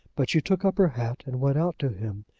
but she took up her hat, and went out to him,